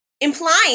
implying